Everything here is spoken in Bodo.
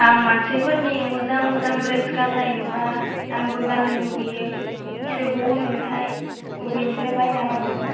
आं मानसिफोरनि मोजां मोजां ड्रेस गाननाय नुबा आंबो गाननो लुगैयो बिसोर बबाव मोनोथाइ बबेनिफ्राय बायना लाबो